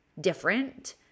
different